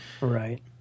Right